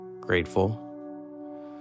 grateful